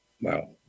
Wow